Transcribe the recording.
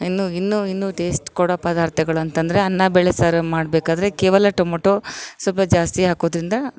ಇನ್ನು ಇನ್ನು ಇನ್ನು ಟೇಸ್ಟ್ ಕೊಡೊ ಪದಾರ್ಥಗಳು ಅಂತಂದರೆ ಅನ್ನ ಬೇಳೆ ಸಾರು ಮಾಡಬೇಕಾದ್ರೆ ಕೇವಲ ಟೊಮೊಟೊ ಸ್ವಲ್ಪ ಜಾಸ್ತಿ ಹಾಕೋದ್ರಿಂದ